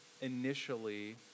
initially